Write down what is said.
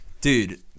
Dude